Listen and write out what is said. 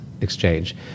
exchange